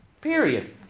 Period